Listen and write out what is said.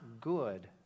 good